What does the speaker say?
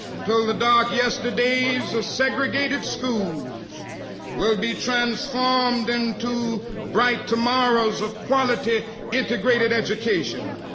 until the dark yesterdays of segregated schools will be transformed into bright tomorrows of quality integrated education.